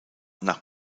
nach